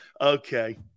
okay